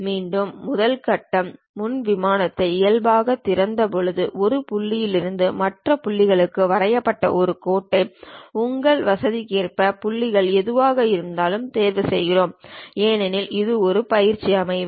மீண்டும் முதல் கட்டம் முன் விமானத்தை இயல்பாகத் திறந்த பிறகு ஒரு புள்ளியிலிருந்து மற்ற புள்ளிகளுக்கு வரையப்பட்ட ஒரு கோட்டை உங்கள் வசதிக்கேற்ப புள்ளிகள் எதுவாக இருந்தாலும் தேர்வு செய்கிறோம் ஏனெனில் இது ஒரு பயிற்சி அமர்வு